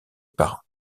par